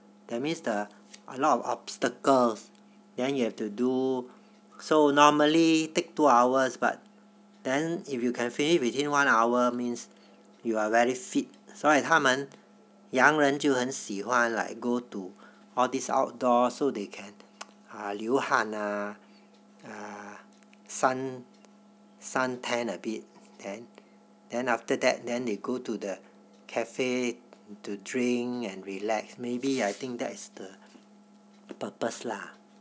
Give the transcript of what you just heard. that means the a lot of obstacles then you have to do so normally take two hours but then if you can finish within one hour means you are very fit 所以他们洋人就很喜欢 like go to all these outdoor so they can ah 流汗啊 uh suntan a bit then then after that then they go to the cafe to drink and relax maybe I think that is the purpose lah